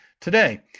today